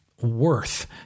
worth